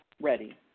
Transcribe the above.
ready